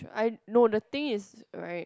I no the thing is right